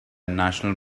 national